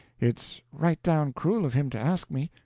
it's right down cruel of him to ask me!